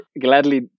gladly